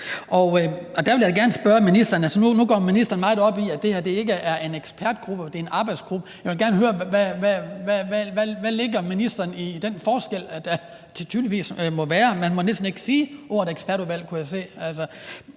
at det her projekt var undervejs. Nu går ministeren meget op i, at det her ikke er en ekspertgruppe, det er en arbejdsgruppe. Jeg vil gerne høre, hvad ministeren lægger i den forskel, der tydeligvis må være – man må næsten ikke sige ordet ekspertudvalg, kunne jeg se.